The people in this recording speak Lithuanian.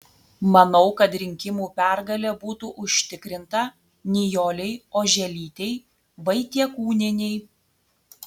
manau kad rinkimų pergalė būtų užtikrinta nijolei oželytei vaitiekūnienei